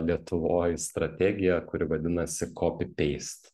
lietuvoj strategija kuri vadinasi kopi peist